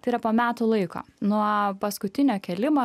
tai yra po metų laiko nuo paskutinio kėlimo